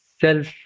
self